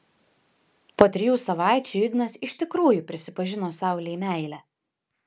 po trijų savaičių ignas iš tikrųjų prisipažino saulei meilę